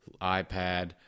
iPad